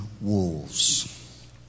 wolves